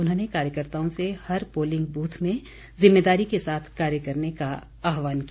उन्होंने कार्यकर्ताओं से हर पोलिंग बूथ में जिम्मेदारी के साथ कार्य करने का आहवान किया